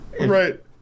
Right